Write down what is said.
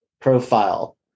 profile